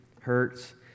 hurts